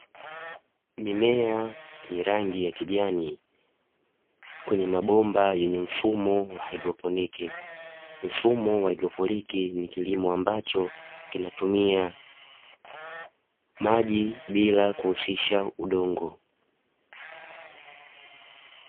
Mimea yenye rangi ya kijani, kwenye mabomba yenye mfumo wa hydroponi mfumo wa haidroponiki ni kilimo ambacho kinatumia maji bila kuhusisha udongo.